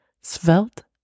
svelte